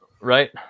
Right